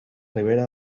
ribera